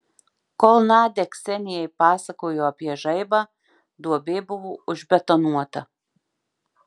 kol nadia ksenijai pasakojo apie žaibą duobė buvo užbetonuota